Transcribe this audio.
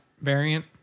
variant